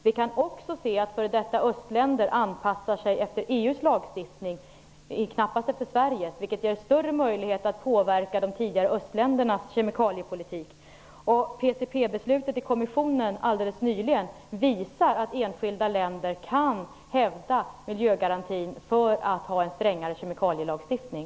Dessutom anpassar sig f.d. östländer efter EU:s lagstiftning - knappast efter Sveriges - och det ger större möjligheter att påverka de tidigare östländernas kemikaliepolitik. PCB-beslutet i kommissionen alldeles nyligen visar att enskilda länder kan hävda miljögarantin för att kunna ha en strängare kemikalielagstiftning.